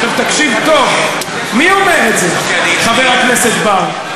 עכשיו, תקשיב טוב, מי אומר את זה, חבר הכנסת בר?